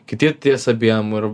kiti ties abiem ir